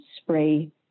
spray